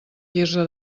quirze